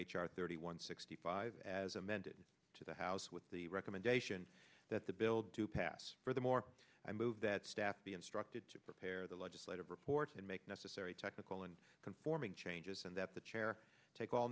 r thirty one sixty five as amended to the house with the recommendation that the bill to pass for the more i move that staff be instructed to prepare the legislative report and make necessary technical and conforming changes and that the chair take all